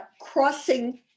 crossing